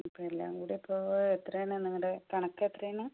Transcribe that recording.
ഇപ്പോൾ എല്ലാംകൂടി ഇപ്പോൾ എത്രയാണ് നിങ്ങളുടെ കണക്കെത്രയാണ്